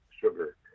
sugar